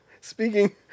Speaking